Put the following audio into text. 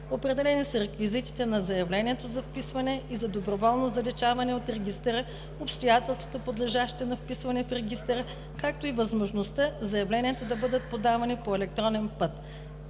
Определени са реквизитите на заявлението за вписване и за доброволно заличаване от регистъра, обстоятелствата, подлежащи на вписване в регистъра, както и възможността заявленията да бъдат подавани по електронен път.